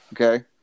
okay